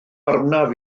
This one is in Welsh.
arnaf